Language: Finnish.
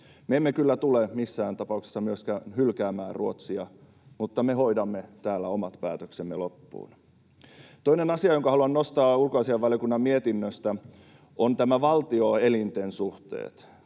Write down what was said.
Me emme kyllä tule missään tapauksessa myöskään hylkäämään Ruotsia, mutta me hoidamme täällä omat päätöksemme loppuun. Toinen asia, jonka haluan nostaa ulkoasiainvaliokunnan mietinnöstä, on nämä valtio-elinten suhteet.